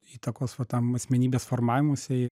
įtakos va tam asmenybės formavimuisi